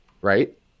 right